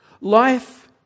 life